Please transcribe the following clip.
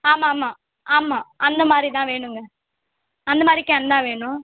ஆமாம் ஆமாம் ஆமாம் அந்த மாதிரிதான் வேணுங்க அந்த மாதிரி கேன்தான் வேணும்